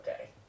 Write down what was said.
Okay